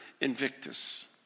Invictus